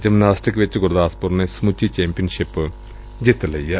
gymnastic ਚ ਗੁਰਦਾਸਪੁਰ ਨੇ ਸਮੁੱਚੀ ਚੈਂਪੀਅਨਸ਼ਿਪ ਜਿੱਤੀ ਏ